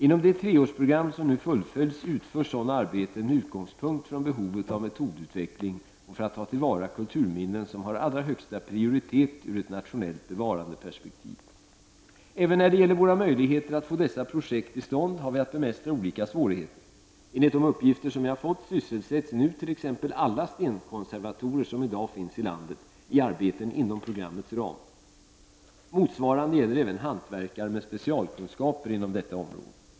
Inom det treårsprogram som nu fullföljs utförs sådana arbeten med utgångspunkt från behovet av metodutveckling och för att ta till vara kulturminnen som har allra högsta prioritet ur ett nationellt bevarandeperspektiv. Även när det gäller våra möjligheter att få dessa projekt till stånd har vi att bemästra olika svårigheter. Enligt de uppgifter som jag fått sysselsätts nu t.ex.alla stenkonservatorer som i dag finns i landet i arbeten inom programmets ram. Motsvarande gäller även hantverkare med specialkunskaper inom detta område.